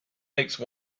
make